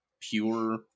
pure